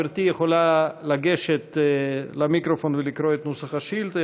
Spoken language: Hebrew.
גברתי יכולה לגשת למיקרופון ולקרוא את נוסח השאילתה.